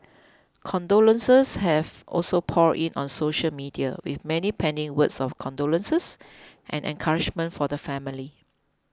condolences have also poured in on social media with many penning words of condolences and encouragement for the family